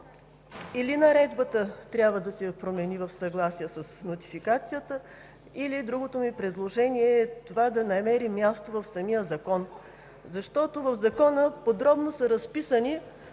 или наредбата трябва да се промени в съгласие с нотификацията, или другото ми предложение е това да намери място в самия закон. Защото в закона подробно са разписани